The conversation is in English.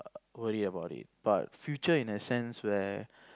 worry about it but future in a sense where